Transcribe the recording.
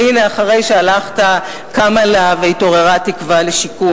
והנה אחרי שהלכת היא קמה לה והתעוררה תקווה לשיקום.